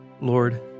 Lord